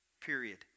Period